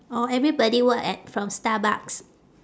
or everybody work at from starbucks